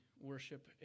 worship